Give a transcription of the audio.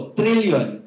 trillion